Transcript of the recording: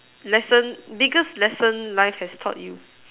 lesson biggest lesson life has taught you